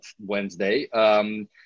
Wednesday